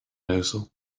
uasail